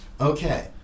Okay